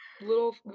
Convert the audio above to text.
little